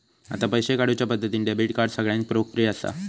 आता पैशे काढुच्या पद्धतींत डेबीट कार्ड सगळ्यांत लोकप्रिय असा